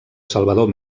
salvador